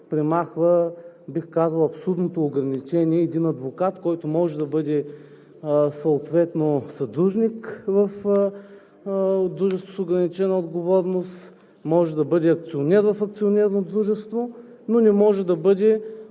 премахва, бих казал, абсурдното ограничение един адвокат, който може да бъде съдружник в дружество с ограничена отговорност, може да бъде акционер в акционерно дружество, но не може да бъде